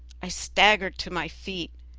i staggered to my feet,